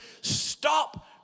stop